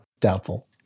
Doubtful